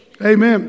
amen